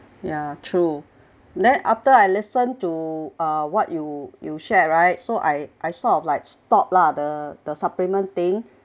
ya true then after I listen to uh what you you share right so I I sort of like stop lah the the supplement thing